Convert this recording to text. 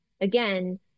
again